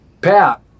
pat